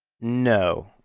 No